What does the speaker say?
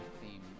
theme